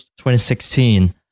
2016